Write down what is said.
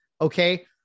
okay